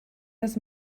dass